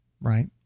Right